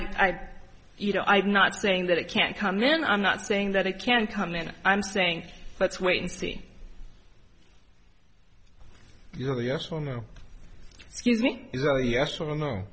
know i'm not saying that it can't come in i'm not saying that it can't come in and i'm saying let's wait and see you know yes or no excuse me yes or no